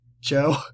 Joe